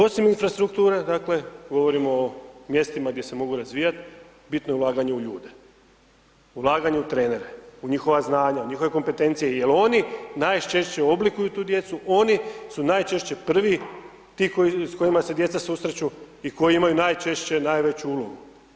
Osim infrastrukture dakle govorimo o mjestima gdje se mogu razvijati, bitno je ulaganje u ljude, ulaganje u trenere, u njihova znanja, u njihove kompetencije jer oni najčešće oblikuju tu djecu, oni su najčešće prvi ti s kojima se djeca susreću i koji imaju najčešće najveću ulogu.